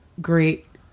great